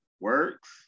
works